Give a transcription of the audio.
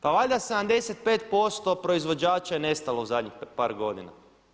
Pa valjda 75% proizvođača je nestalo u zadnjih par godina.